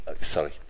Sorry